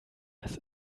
das